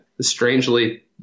strangely